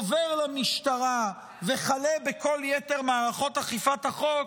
עובר למשטרה וכלה בכל יתר מערכות אכיפת החוק,